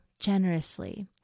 generously